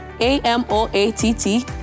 a-m-o-a-t-t